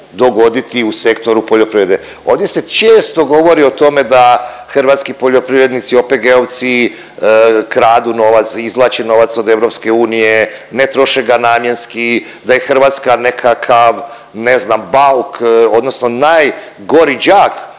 dogoditi u sektoru poljoprivrede. Ovdje se često govori o tome da hrvatski poljoprivrednici, OPG-ovci kradu novac, izvlače novac od EU, ne troše ga namjenski, da je Hrvatska nekakav, ne znam, bauk odnosno najgori đak